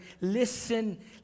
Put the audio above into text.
Listen